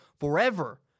forever